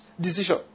decision